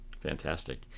Fantastic